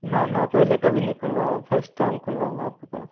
ना ना पहले कभी नहीं खुलवाया फर्स्ट टाइम खुलवाऊंगा आप के पास